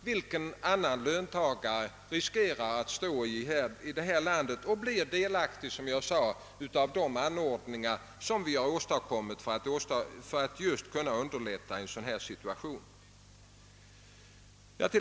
vilka andra löntagare här i landet som helst riskerar att hamna i. Som jag framhöll blir även jordbrukaren delaktig av de förmåner vi inför i avsikt att underlätta övergång till annan verksamhet.